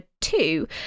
two